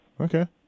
Okay